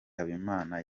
habimana